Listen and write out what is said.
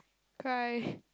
cry